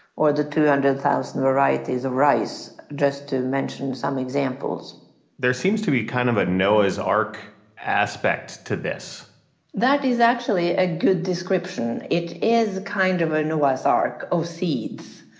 or the two hundred thousand varieties of rice, just to mention some examples there seems to be kind of a noah's ark aspect to this that is actually a good description. it is kind of a noah's ark of seeds.